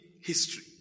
history